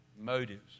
motives